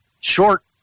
short